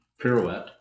pirouette